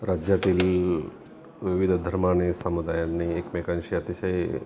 राज्यातील विविध धर्माने समुदायांनी एकमेकांशी अतिशय